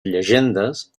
llegendes